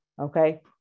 Okay